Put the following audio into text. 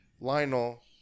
Lionel